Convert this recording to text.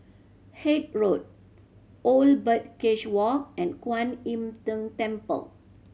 Haig Road Old Birdcage Walk and Kuan Im Tng Temple